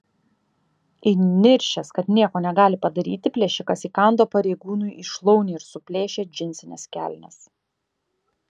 įniršęs kad nieko negali padaryti plėšikas įkando pareigūnui į šlaunį ir suplėšė džinsines kelnes